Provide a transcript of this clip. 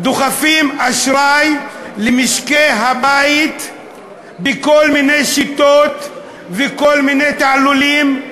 דוחפים אשראי למשקי-הבית בכל מיני שיטות ובכל מיני תעלולים,